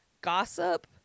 gossip